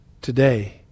Today